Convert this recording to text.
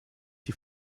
die